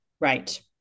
Right